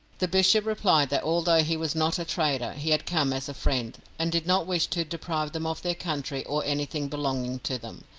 the bishop replied that, although he was not a trader, he had come as a friend, and did not wish to deprive them of their country or anything belonging to them.